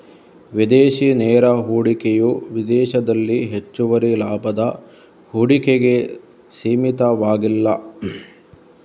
ವಿದೇಶಿ ನೇರ ಹೂಡಿಕೆಯು ವಿದೇಶದಲ್ಲಿ ಹೆಚ್ಚುವರಿ ಲಾಭದ ಹೂಡಿಕೆಗೆ ಸೀಮಿತವಾಗಿಲ್ಲ